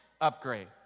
upgrade